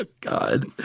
God